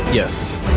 yes.